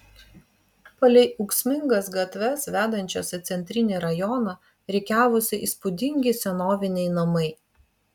palei ūksmingas gatves vedančias į centrinį rajoną rikiavosi įspūdingi senoviniai namai